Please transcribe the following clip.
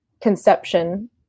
conception